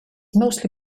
mostly